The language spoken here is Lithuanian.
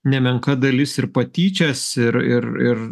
nemenka dalis ir patyčias ir ir ir